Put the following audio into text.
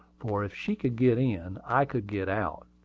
for if she could get in, i could get out.